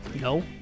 No